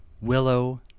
Willow